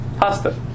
pasta